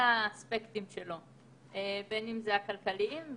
יש אוכלוסייה קטנה שהיא אוכלוסייה שמצליחים גם